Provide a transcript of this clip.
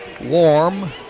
Warm